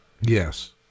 yes